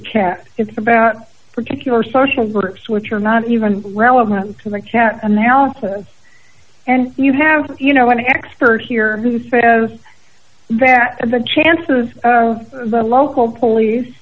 it's about particular social groups which are not even relevant to the chair analysis and you have you know one expert here who say that the chances of the local